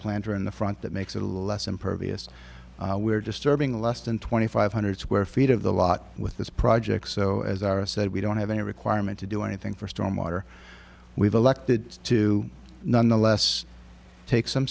planter in the front that makes it a little less impervious we're disturbing less than twenty five hundred square feet of the lot with this project so as are said we don't have any requirement to do anything for storm water we've elected to nonetheless take some